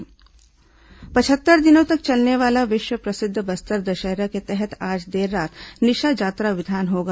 बस्तर दशहरा पचहत्तर दिनों तक चलने वाले विश्व प्रसिद्ध बस्तर दशहरा के तहत आज देर रात निशाजात्रा विधान होगा